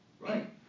right